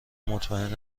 مطمئن